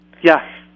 Yes